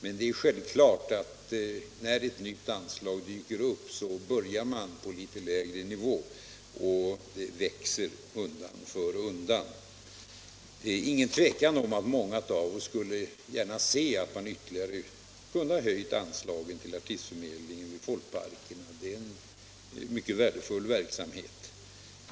Men det är självklart att när ett nytt anslag dyker upp, börjar man på litet lägre nivå och låter det växa undan för undan. Det är inget tvivel om att många av oss gärna skulle se att man ytterligare hade kunnat höja anslaget till artistförmedlingen vid folkparkerna; det är en mycket värdefull verksamhet.